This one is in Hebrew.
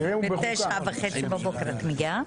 מי בעד אישור הצעת החוק לקריאה שנייה ושלישית כפי שהוקראה?